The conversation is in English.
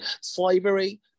slavery